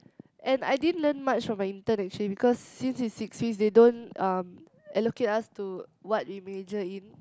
and I didn't learn much from my intern actually because since it's six weeks they don't um allocate us to what we major in